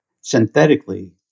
synthetically